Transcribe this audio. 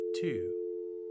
two